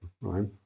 right